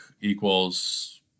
equals